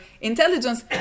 intelligence